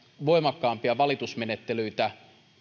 voimakkaampia valitusmenettelyitä